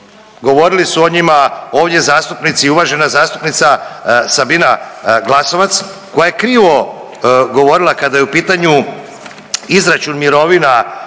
Govorili su o njima ovdje zastupnici i uvažena zastupnica Sabina Glasovac koja je krivo govorila kada je u pitanju izračun mirovina,